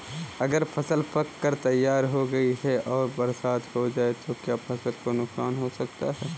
अगर फसल पक कर तैयार हो गई है और बरसात हो जाए तो क्या फसल को नुकसान हो सकता है?